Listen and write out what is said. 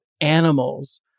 animals